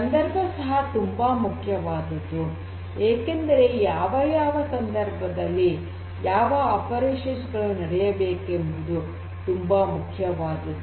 ಸಂದರ್ಭ ಸಹ ತುಂಬಾ ಪ್ರಮುಖವಾದದ್ದು ಏಕೆಂದರೆ ಯಾವ ಯಾವ ಸಂದರ್ಭದಲ್ಲಿ ಯಾವ ಕಾರ್ಯಾಚರಣೆ ನಡೆಯಬೇಕೆಂಬುದು ತುಂಬಾ ಮುಖ್ಯವಾದದ್ದು